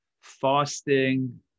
fasting